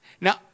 Now